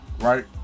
right